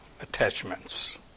attachments